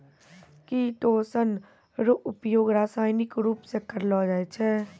chitosan रो उपयोग रासायनिक रुप से करलो जाय छै